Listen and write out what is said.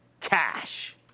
Cash